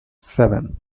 seven